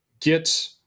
get